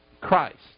Christ